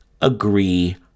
agree